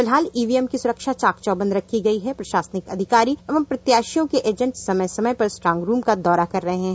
फिलहाल ईवीएम की सुरक्षा चाक चौबंद रखी गयी प्रशासनिक अधिकारी एवम प्रत्यशियों के एजेंडे समय समय पर स्ट्रांग रूम का दौरा भी कर रहे हैं